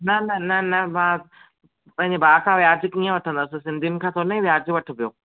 न न न न भाउ पंहिंजे भाउ खां वियाजु कीअं वठंद सिंधीयुनि खां थोरी न वियाजु वठिबियो